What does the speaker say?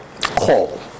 call